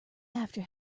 after